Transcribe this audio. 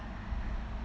ya